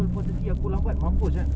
dua number ke apa-apa